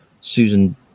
Susan